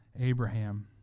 Abraham